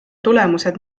tulemused